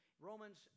Romans